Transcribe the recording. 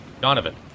Donovan